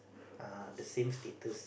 uh the same status